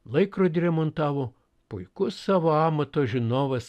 laikrodį remontavo puikus savo amato žinovas